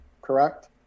Correct